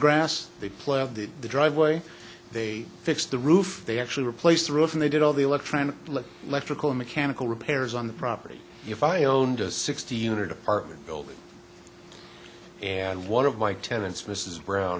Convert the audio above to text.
grass they play of the driveway they fixed the roof they actually replaced the roof and they did all the electronic electrical mechanical repairs on the property if i owned a sixty unit apartment building and one of my tenants mrs brown